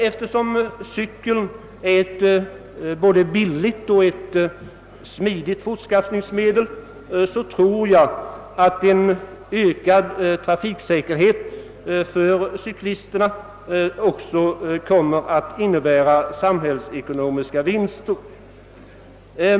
Eftersom cykeln är ett både billigt och smidigt fortskaffningsmedel tror jag att en ökad trafiksäkerhet för cyklisterna också skulle innebära .samhällsekonomiska vinster.